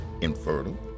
infertile